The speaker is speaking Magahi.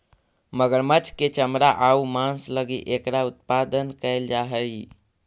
मगरमच्छ के चमड़ा आउ मांस लगी एकरा उत्पादन कैल जा हइ